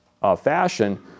fashion